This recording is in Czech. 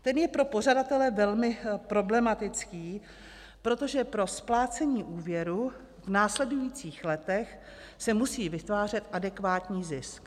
Ten je pro pořadatele velmi problematický, protože pro splácení úvěru v následujících letech se musí vytvářet adekvátní zisk.